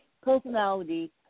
personality